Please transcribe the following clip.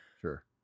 Sure